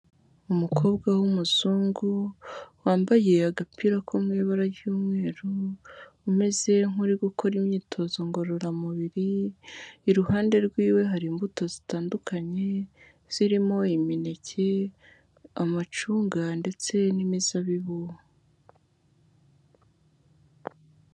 Umukobwa w'umuzungu wambaye agapira ko mu ibara ry'umweru umeze nk'uri gukora imyitozo ngororamubiri, iruhande rw'iwe hari imbuto zitandukanye zirimo imineke, amacunga ndetse n'imizabibu.